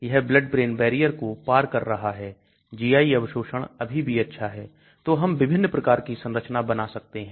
यह BBB को पार कर रहा है GI अवशोषण अभी भी अच्छा है तो हम विभिन्न प्रकार की संरचना बना सकते हैं